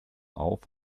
auf